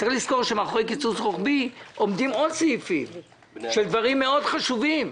צריך לזכור שמאחורי קיצוץ רוחבי עומדים סעיפים על דברים מאוד חשובים.